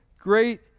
Great